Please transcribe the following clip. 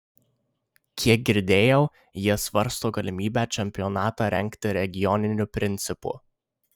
kiek girdėjau jie svarsto galimybę čempionatą rengti regioniniu principu